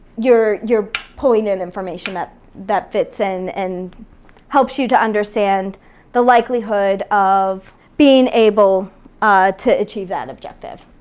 you're you're pulling in information that that fits in and helps you to understand the likelihood of being able to achieve that objective.